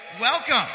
Welcome